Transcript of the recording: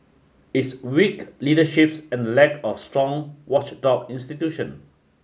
it's weak leaderships and lack of strong watchdog institution